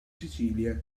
sicilia